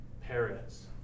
Perez